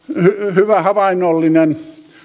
hyvä havainnollinen